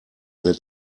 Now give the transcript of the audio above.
that